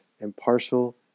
impartial